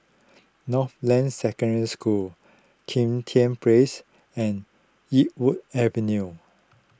Northland Secondary School Kim Tian Place and Yarwood Avenue